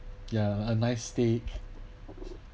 ya a nice steak